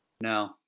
No